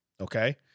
Okay